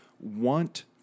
want